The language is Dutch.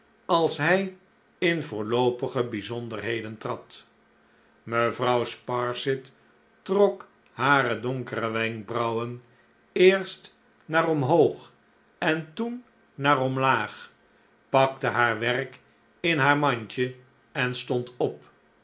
als hij in voorloopige bijzonderheden trad mevrouw sparsit trok hare donkere wenkbrauwen eerst naar omhoog en toen naaromlaag pakte haar werk in haar mandje en stond op